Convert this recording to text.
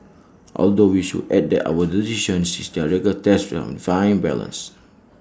although we should add that our decision this regard rests on fine balance